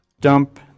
Dump